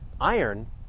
Iron